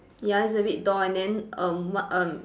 ya it's a big door and then um what um